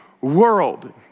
world